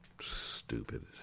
Stupid